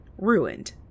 ruined